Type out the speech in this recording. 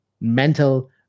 mental